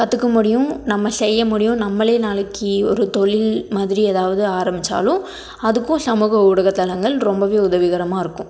கற்றுக்க முடியும் நம்ம செய்ய முடியும் நம்மளே நாளைக்கு ஒரு தொழில் மாதிரி ஏதாவது ஆரம்பித்தாலும் அதுக்கும் சமூக ஊடகத்தலங்கள் ரொம்பவே உதவிகரமாக இருக்கும்